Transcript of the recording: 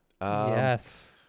yes